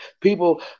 People